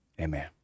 amen